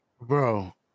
Bro